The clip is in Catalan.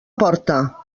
porta